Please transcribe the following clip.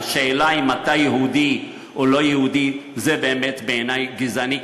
השאלה אם אתה יהודי או לא-יהודי זה באמת בעיני גזעני,